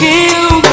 Kill